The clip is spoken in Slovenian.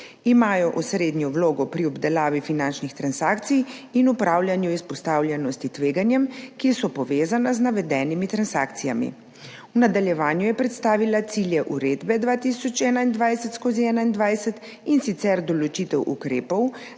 Imajo osrednjo vlogo pri obdelavi finančnih transakcij in upravljanju izpostavljenosti tveganjem, ki so povezana z navedenimi transakcijami. V nadaljevanju je predstavila cilje uredbe 2021/21, in sicer določitev ukrepov